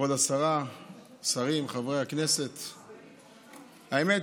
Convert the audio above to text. כבוד השרה, השרים, חברי הכנסת, האמת,